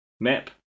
map